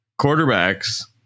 quarterbacks